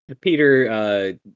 Peter